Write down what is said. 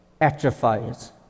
atrophies